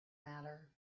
matter